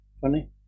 funny